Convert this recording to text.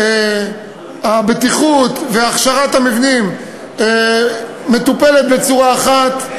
הבטיחות והכשרת המבנים מטופלות בצורה אחת,